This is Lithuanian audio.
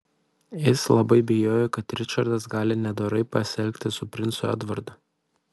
jis labai bijo kad ričardas gali nedorai pasielgti su princu edvardu